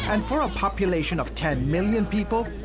and for a population of ten million people,